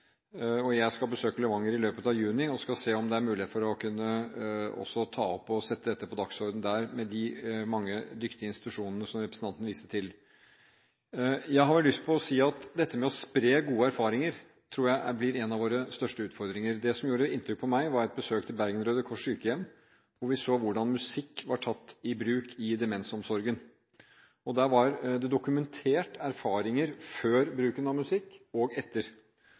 Jeg skal besøke Levanger i løpet av juni og skal se om det er mulighet for også å kunne ta dette opp og sette det på dagsordenen der, med de mange dyktige institusjonene som representanten viste til. Jeg har lyst til å si at dette med å spre gode erfaringer tror jeg blir en av våre største utfordringer. Det som gjorde inntrykk på meg, var et besøk til Bergen Rød Kors Sykehjem, hvor vi så hvordan musikk var tatt i bruk i demensomsorgen. Der var det dokumentert erfaringer før bruken av musikk, og etter.